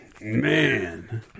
Man